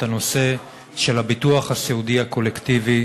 את הנושא של הביטוח הסיעודי הקולקטיבי.